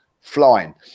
flying